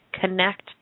Connect